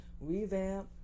revamp